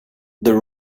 the